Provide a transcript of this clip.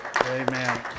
Amen